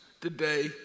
today